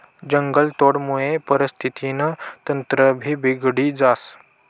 जंगलतोडमुये परिस्थितीनं तंत्रभी बिगडी जास